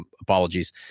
Apologies